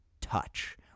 touch